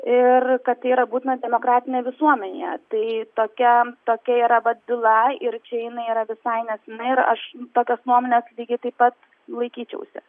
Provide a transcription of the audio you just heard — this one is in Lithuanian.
ir kad tai yra būtina demokratinėje visuomenėje tai tokia tokia yra vat byla ir čia jinai yra visai nesena ir aš tokios nuomonės lygiai taip pat laikyčiausi